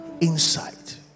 insight